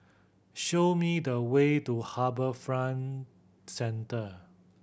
show me the way to HarbourFront Centre